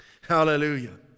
Hallelujah